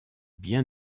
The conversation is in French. bien